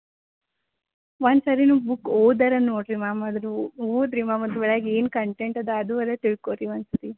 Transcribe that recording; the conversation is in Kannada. ಒಂದು ಸಾರಿ ನೀವು ಬುಕ್ ಓದಾರೂ ನೋಡಿರಿ ಮ್ಯಾಮ್ ಅದು ಓದಿ ರೀ ಮ್ಯಾಮ್ ಅದ್ರೊಳಗೆ ಏನು ಕಂಟೆಂಟ್ ಇದೆ ಅದು ಆರ ತಿಳ್ಕೊಳ್ರಿ ಮ್ಯಾಮ್ ಒಂದು ಸಾರಿ